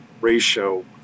ratio